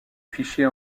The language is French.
fichiers